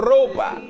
Ropa